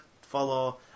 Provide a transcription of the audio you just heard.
follow